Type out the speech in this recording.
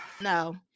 No